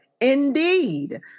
Indeed